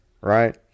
Right